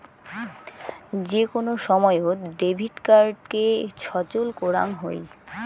যে কোন সময়ত ডেবিট কার্ডকে সচল করাং হই